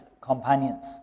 companions